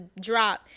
drop